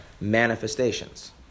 manifestations